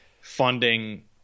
funding